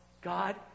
God